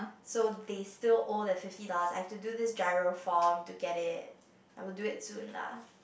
so they still owe the fifty dollars I have to do this GIRO form to get it I will do it soon lah